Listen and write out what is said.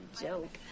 joke